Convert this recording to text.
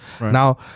Now